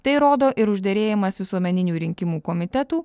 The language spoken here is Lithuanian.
tai rodo ir užderėjimas visuomeninių rinkimų komitetų